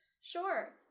Sure